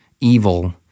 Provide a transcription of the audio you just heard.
evil